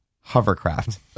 hovercraft